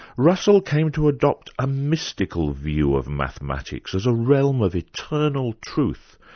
russell came to adopt a mystical view of mathematics, as a realm of eternal truth,